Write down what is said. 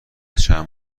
چند